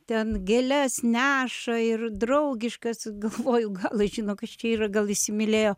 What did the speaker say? ten gėles neša ir draugiškas galvoju galai žino kas čia yra gal įsimylėjo